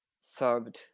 served